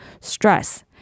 stress